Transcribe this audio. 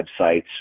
websites